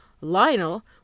Lionel